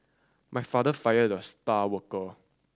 my father fired the star worker